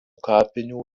kapinių